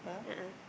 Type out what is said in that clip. a'ah